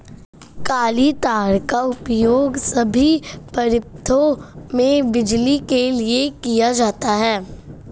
काली तार का उपयोग सभी परिपथों में बिजली के लिए किया जाता है